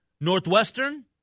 Northwestern